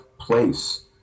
place